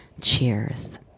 cheers